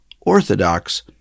orthodox